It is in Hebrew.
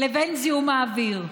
לבין זיהום האוויר.